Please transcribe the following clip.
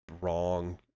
wrong